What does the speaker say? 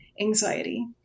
anxiety